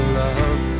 love